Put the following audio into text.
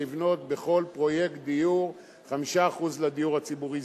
לבנות בכל פרויקט דיור 5% לדיור הציבורי.